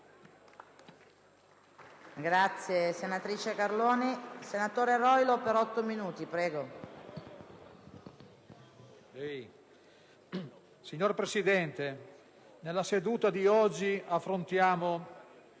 Signora Presidente, nella seduta di oggi affrontiamo,